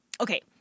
Okay